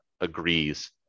agrees